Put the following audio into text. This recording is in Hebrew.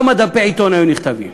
כמה דפי עיתון היו נכתבים?